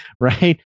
right